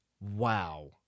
wow